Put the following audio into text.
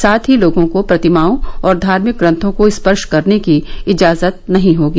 साथ ही लोगों को प्रतिमाओं और धार्मिक ग्रंथों को स्पर्श करने की इजाजत नहीं होगी